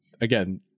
again